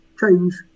change